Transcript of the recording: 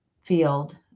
field